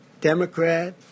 Democrat